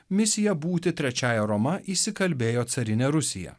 misija būti trečiąja roma įsikalbėjo carinė rusija